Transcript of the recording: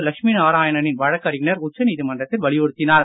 லக்ஷ்மி நாராயணனின் வழக்கறிஞர் உச்சநீதிமன்றத்தில் வலியுறுத்தினார்